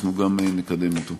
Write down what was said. אנחנו גם נקדם אותו.